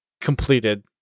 completed